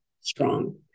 strong